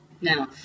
Now